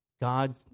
God